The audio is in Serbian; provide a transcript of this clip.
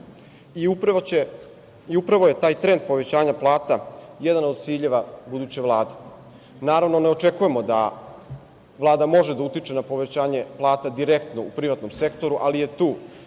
Upravo je taj trend povećanja plata jedan od ciljeva buduće vlade. Naravno, ne očekujemo da Vlada može da utiče na povećanje plata direktno u privatnom sektoru, ali je tu